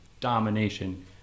domination